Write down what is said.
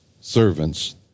servants